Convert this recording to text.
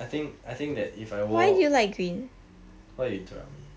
I think I think that if I wore why you interrupt me